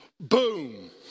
Boom